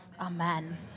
Amen